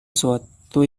sesuatu